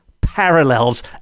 parallels